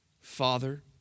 Father